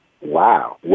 wow